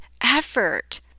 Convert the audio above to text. effort